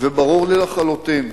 וברור לי לחלוטין,